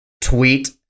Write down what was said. tweet